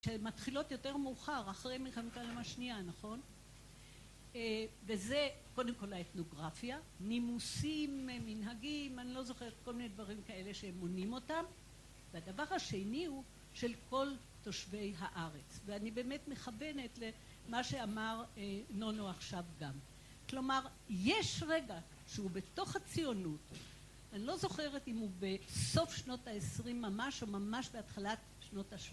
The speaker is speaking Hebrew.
שמתחילות יותר מאוחר אחרי מלחמת העולם השנייה נכון? וזה קודם כל האתנוגרפיה, נימוסים, מנהגים, אני לא זוכרת כל מיני דברים כאלה שהם מונים אותם והדבר השני הוא של כל תושבי הארץ ואני באמת מכוונת למה שאמר נונו עכשיו גם. כלומר, יש רגע שהוא בתוך הציונות. אני לא זוכרת אם הוא בסוף שנות העשרים ממש, או ממש בהתחלת שנות השמונים.